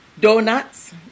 donuts